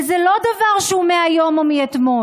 וזה לא דבר שהוא מהיום או מאתמול,